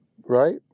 right